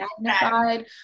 magnified